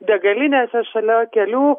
degalinėse šalia kelių